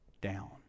down